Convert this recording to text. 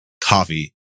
Coffee